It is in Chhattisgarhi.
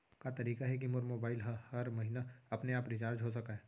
का तरीका हे कि मोर मोबाइल ह हर महीना अपने आप रिचार्ज हो सकय?